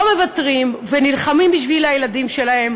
לא מוותרות ונלחמות בשביל הילדים שלהן